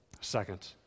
Second